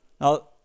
Now